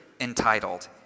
entitled